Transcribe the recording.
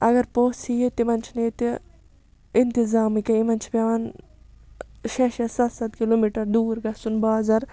اگر پوٚژھ یِیہِ تِمَن چھُنہٕ ییٚتہِ اِنتظامٕے کینٛہہ یِمَن چھِ پیٚوان شیٚے شیٚے سَتھ سَتھ کِلوٗ میٖٹَر دوٗر گژھُن بازَر